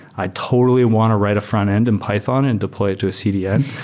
i totally want to write a front-end in python and deploy it to a cdn,